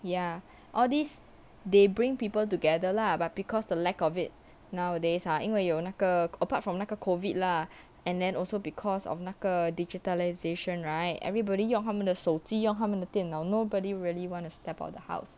ya all these they bring people together lah but because the lack of it nowadays ah 因为有那个 apart from 那个 COVID lah and then also because of 那个 digitalization right everybody 用他们的手机用他们的电脑 nobody really wanna step out of the house